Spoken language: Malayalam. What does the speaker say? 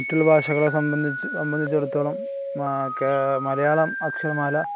മറ്റുള്ള ഭാഷകളെ സംബന്ധിച്ച് സംബന്ധിച്ചേടത്തോളം മലയാളം അക്ഷരമാല